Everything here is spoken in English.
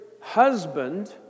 husband